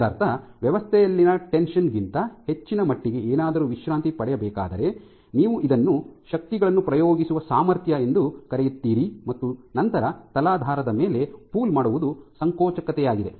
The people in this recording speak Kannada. ಇದರರ್ಥ ವ್ಯವಸ್ಥೆಯಲ್ಲಿನ ಟೆನ್ಷಿಯನ್ ಗಿಂತ ಹೆಚ್ಚಿನ ಮಟ್ಟಿಗೆ ಏನಾದರೂ ವಿಶ್ರಾಂತಿ ಪಡೆಯಬೇಕಾದರೆ ನೀವು ಇದನ್ನು ಶಕ್ತಿಗಳನ್ನು ಪ್ರಯೋಗಿಸುವ ಸಾಮರ್ಥ್ಯ ಎಂದು ಕರೆಯುತ್ತೀರಿ ಮತ್ತು ನಂತರ ತಲಾಧಾರದ ಮೇಲೆ ಪೂಲ್ ಮಾಡುವುದು ಸಂಕೋಚಕತೆಯಾಗಿದೆ